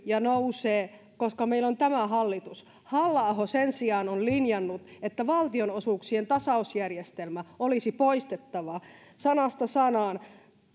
ja nousevat koska meillä on tämä hallitus halla aho sen sijaan on linjannut että valtionosuuksien tasausjärjestelmä olisi poistettava sanasta sanaan